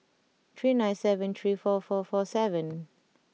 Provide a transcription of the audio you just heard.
three nine seven three four four four seven